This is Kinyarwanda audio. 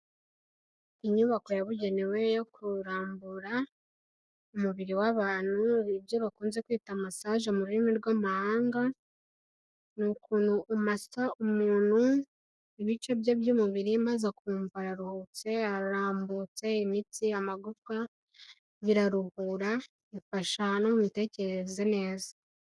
Inyubako yabugenewe yo kurambura umubiri w'abantu ibyo bakunze kwita masage mu rurimi rw'amahanga, ni ukuntu umasa umuntu ibice bye by'umubiri maze akumva araruhutse, ararambutse imitsi, amagufwa, biraruhura bifasha no mu mitekerereze neza.